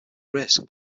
risk